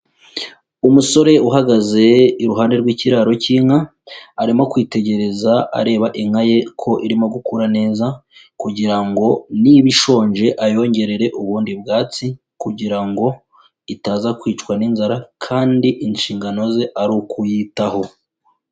Umusore uhagaze iruhande rw'ikiraro k'inka, arimo kwitegereza areba inka ye ko irimo gukura neza kugira ngo niba ishonje ayongerere ubundi bwatsi kugira ngo itaza kwicwa n'inzara kandi inshingano ze ari ukuyitaho.